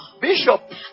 bishop